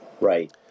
Right